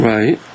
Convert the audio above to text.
Right